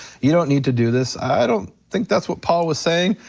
you don't need to do this. i don't think that's what paul was saying.